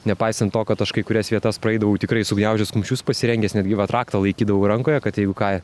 nepaisant to kad aš kai kurias vietas praeidavau tikrai sugniaužęs kumščius pasirengęs netgi vat raktą laikydavau rankoje kad jeigu ką